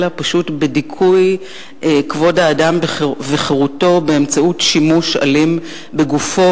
אלא פשוט בדיכוי כבוד האדם וחירותו באמצעות שימוש אלים בגופו,